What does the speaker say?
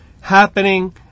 happening